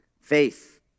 Faith